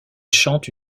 chante